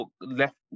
left